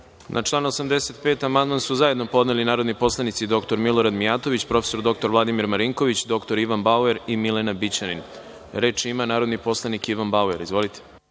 član 85. amandman su zajedno podneli narodni poslanici dr Milorada Mijatović, prof. dr Vladimir Marinković, dr Ivan Bauer i Milena Bićanin. Reč ima narodni poslanik Ivan Bauer. Izvolite.